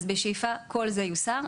אז אנחנו בשאיפה שכל זה יוסר.